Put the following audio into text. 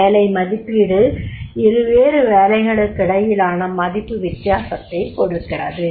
வேலை மதிப்பீடு இருவேறு வேலைகளுக்கிடையிலான மதிப்பு வித்தியாசத்தை கொடுக்கிறது